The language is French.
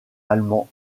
allemand